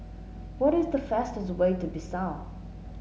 what is the fastest way to Bissau